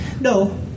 no